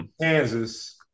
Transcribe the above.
Kansas